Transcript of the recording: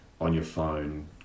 on-your-phone